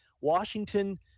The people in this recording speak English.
Washington